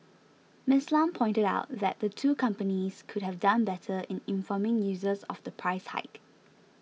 Miss Lam pointed out that the two companies could have done better in informing users of the price hike